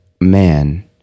man